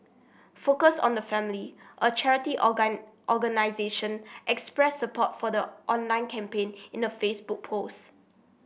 focus on the Family a charity organisation expressed support for the online campaign in a Facebook post